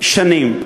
שנים.